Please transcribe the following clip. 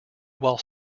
while